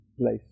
place